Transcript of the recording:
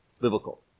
biblical